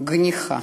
גניחה.